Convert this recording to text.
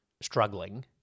struggling